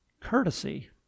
courtesy